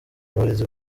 abarezi